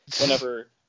Whenever